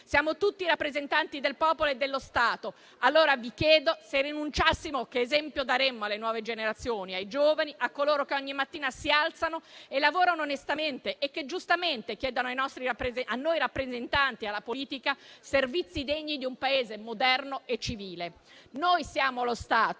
Siamo tutti rappresentanti del popolo e dello Stato, dunque vi chiedo: se rinunciassimo, che esempio daremmo alle nuove generazioni, ai giovani, a coloro che ogni mattina si alzano, lavorano onestamente e che giustamente chiedono a noi rappresentanti e alla politica servizi degni di un Paese moderno e civile? Noi siamo lo Stato